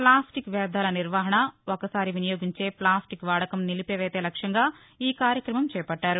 ప్రాస్టిక్ వ్యరాల నిర్వహణ ఒక్కసారి వినియోగించే ప్లాస్టిక్ వాడకం నిలిపివేతే లక్ష్మంగా ఈ కార్యక్రమం చేపట్టారు